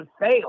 fail